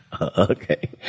Okay